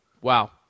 Wow